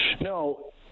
No